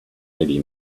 eddie